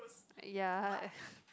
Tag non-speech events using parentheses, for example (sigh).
ya (breath)